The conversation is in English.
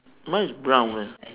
mine is brown leh